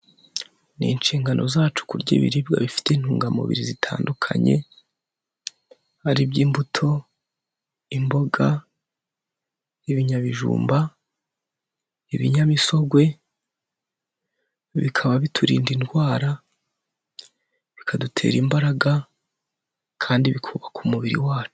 Ni inshingano zacu kurya ibiribwa bifite intungamubiri zitandukanye, ari byo imbuto, imboga n'ibinyabijumba, ibinyamisogwe, bikaba biturinda indwara, bikadutera imbaraga kandi bikubaka umubiri wacu.